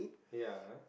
ya